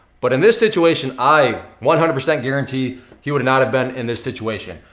but in this situation i one hundred percent guarantee he would not have been in this situation.